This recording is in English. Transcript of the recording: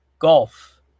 golf